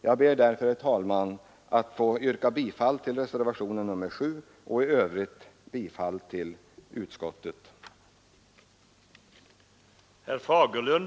Jag ber därför, herr talman, att få yrka bifall till reservationen 7 och i övrigt till utskottets hemställan.